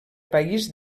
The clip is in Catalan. país